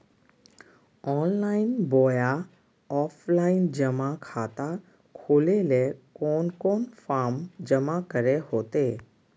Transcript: Online बोया offline जमा खाता खोले ले कोन कोन फॉर्म जमा करे होते?